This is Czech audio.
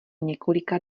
několika